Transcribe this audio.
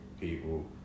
people